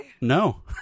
No